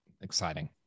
Exciting